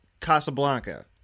Casablanca